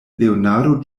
leonardo